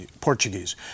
Portuguese